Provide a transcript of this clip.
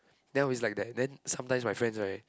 then always like that then sometimes my friends right